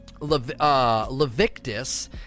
Levictus